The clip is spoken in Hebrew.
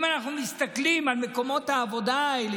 אם אנחנו מסתכלים על מקומות העבודה האלה,